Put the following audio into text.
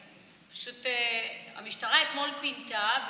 פשוט המשטרה אתמול פינתה,